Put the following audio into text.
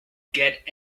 get